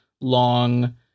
long